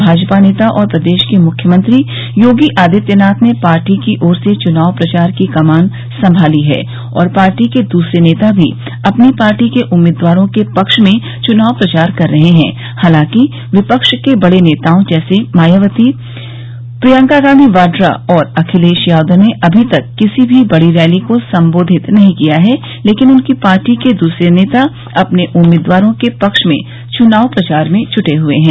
भाजपा नेता और प्रदेश के मुख्यमंत्री योगी आदित्यनाथ ने पार्टी की ओर से चुनाव प्रचार की कमान संभाली है और पार्टी के दूसरे नेता भी अपनी पार्टी के उम्मीदवारों के पक्ष में चुनाव प्रचार कर रहे हैं हालांकि विपक्ष के बड़े नेताओं जैसे मायावती प्रियंका गांधी वाड्रा और अखिलेश यादव ने अभी तक किसी भी बड़ी रैली को संबोधित नहीं किया है लेकिन उनकी पार्टी के दूसरे नेता अपने उम्मीदवारों के पक्ष में चुनाव प्रचार में जुटे हुए हैं